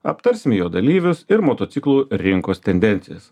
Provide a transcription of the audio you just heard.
aptarsime jo dalyvius ir motociklų rinkos tendencijas